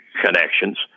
connections